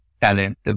talent